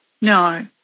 no